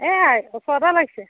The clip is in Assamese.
এয়াই ওচৰতে লাগিছে